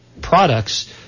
products